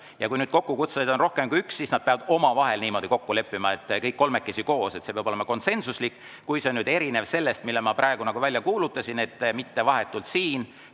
Kui kokkukutsujaid on rohkem kui üks, siis nad peavad omavahel niimoodi kokku leppima, kõik koos. See peab olema konsensuslik. Kui see on erinev sellest, mille ma praegu välja kuulutasin, et mitte vahetult siin